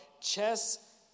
chess